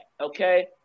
Okay